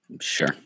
Sure